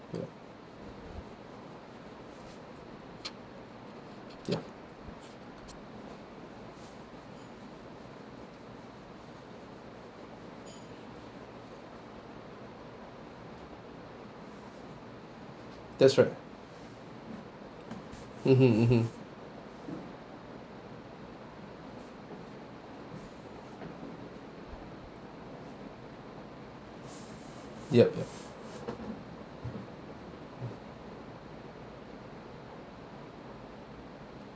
ya ya that's right mmhmm mmhmm yup yup